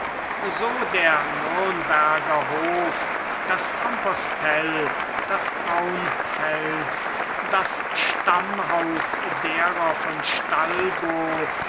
so der nürnberger hof das kompostell das braunfels das stammhaus derer von stallburg